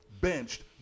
Benched